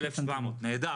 1.700. 1,700. נהדר.